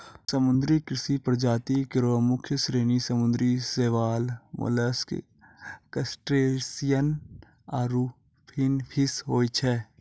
समुद्री कृषि प्रजाति केरो मुख्य श्रेणी समुद्री शैवाल, मोलस्क, क्रसटेशियन्स आरु फिनफिश होय छै